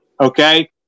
Okay